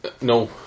No